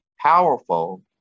powerful